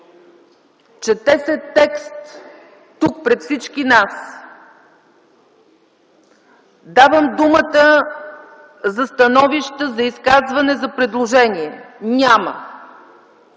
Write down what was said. Чете се текст тук, пред всички нас. Давам думата за становища, за изказвания, за предложения. Няма.